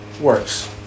works